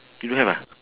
you don't have ah